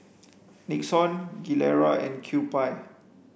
Nixon Gilera and Kewpie